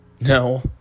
No